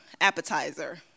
appetizer